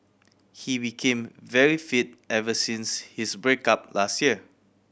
he became very fit ever since his break up last year